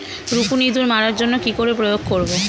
রুকুনি ইঁদুর মারার জন্য কি করে প্রয়োগ করব?